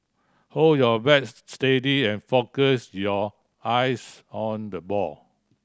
hold your bat steady and focus your eyes on the ball